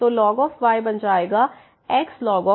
तो y बन जाएगा xlnx